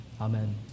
amen